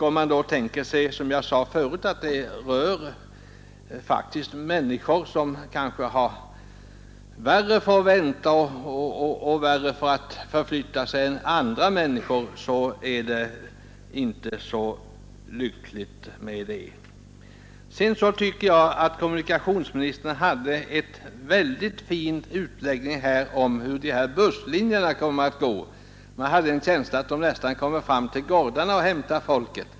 Om man då tänker på — som jag sade förut — att det faktiskt rör sig om människor, som kanske har svårt för att vänta länge och har svårare att förflytta sig än andra människor, så bör man lätt förstå att detta inte är så lyckligt. Kommunikationsministern hade en mycket fin utläggning om hur de här busslinjerna kommer att gå. Man hade en känsla av att de nästan kommer fram till gårdarna och hämtar folket.